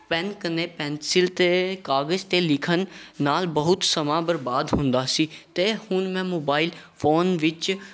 pen ਕੰਨੇ pencil ਅਤੇ ਕਾਗਜ਼ 'ਤੇ ਲਿਖਣ ਨਾਲ ਬਹੁਤ ਸਮਾਂ ਬਰਬਾਦ ਹੁੰਦਾ ਸੀ ਅਤੇ ਹੁਣ ਮੈਂ ਮੋਬਾਈਲ ਫੋਨ ਵਿੱਚ